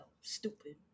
Stupid